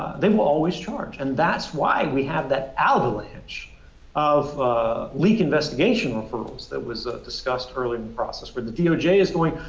then we'll always charge. and that's why we have that avalanche of leak investigation referrals that was discussed early in the process where the doj is going,